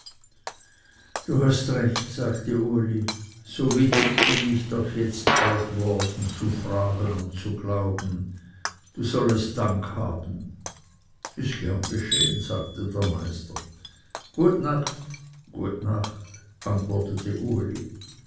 du hast recht sagte uli so witzig bin ich doch jetzt auch worden zu fragen und zu glauben du sollest dank haben ist gerne geschehen sagte der meister gut nacht gut nacht antwortete uli